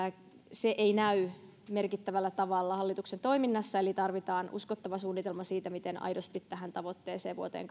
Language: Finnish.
se ei näy merkittävällä tavalla hallituksen toiminnassa eli tarvitaan uskottava suunnitelma siitä miten aidosti tähän tavoitteeseen vuoteen